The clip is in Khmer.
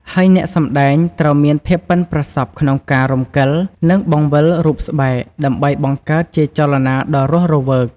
ហើយអ្នកសម្ដែងត្រូវមានភាពប៉ិនប្រសប់ក្នុងការរំកិល និងបង្វិលរូបស្បែក ដើម្បីបង្កើតជាចលនាដ៏រស់រវើក។